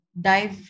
dive